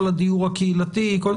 כל הדיור הקהילתי.